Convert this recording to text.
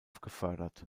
gefördert